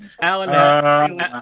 Alan